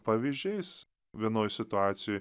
pavyzdžiais vienoj situacijoj